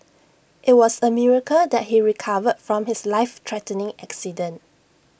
IT was A miracle that he recovered from his life threatening accident